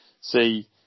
see